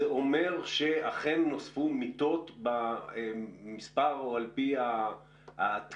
זה אומר שאכן נוספו מיטות במספר או על פי התקינה